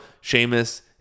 Sheamus